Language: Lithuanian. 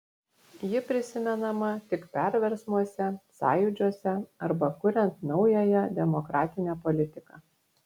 ji prisimenama tik perversmuose sąjūdžiuose arba kuriant naująją demokratinę politiką